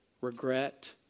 regret